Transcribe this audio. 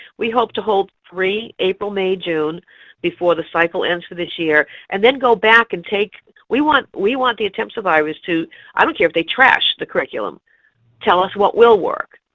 we hope to hold three april, may, june before the cycle ends for this year and then go back and take we want we want the attempt survivors to i don't care if they trash the curriculum tell us what will work,